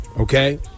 Okay